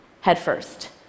headfirst